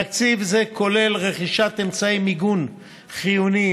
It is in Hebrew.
תקציב זה כולל רכישת אמצעי מיגון חיוניים,